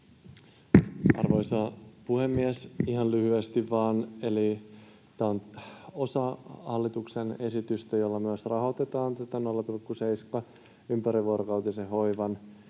Arvoisa puhemies! Ihan lyhyesti vaan. Eli tämä on osa hallituksen esitystä, jolla myös rahoitetaan tätä 0,7:n ympärivuorokautisen hoivan